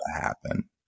happen